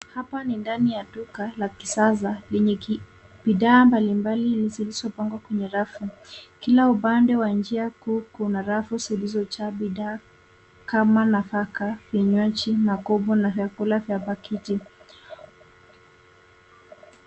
Hapa ni ndani ya duka la kisasa lenye bidhaa mbalimbali zilizopangwa kwenye rafu. Kila upande wa njia kuu kuna rafu zilizojaa bidhaa kama nafaka , vinywaji , makopo na vyakula vya pakiti.